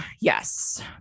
yes